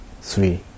three